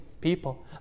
people